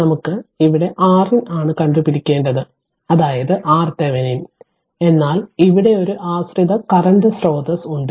നമുക്ക് ഇവിടെ R in ആണ് കണ്ടു പിടിക്കണ്ടത് അതായതു RThevenin എന്നാൽ ഇവിടെ ഒരു ആശ്രിത കറന്റ് സ്രോതസ്സ് ഉണ്ട്